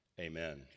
amen